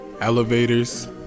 elevators